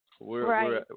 Right